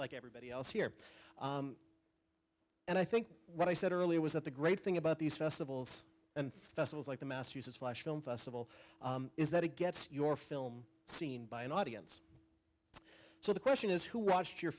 like everybody else here and i think what i said earlier was that the great thing about these festivals and festivals like the massachusetts flash film festival is that it gets your film seen by an audience so the question is who watched your